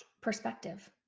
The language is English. perspective